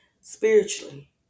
spiritually